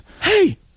hey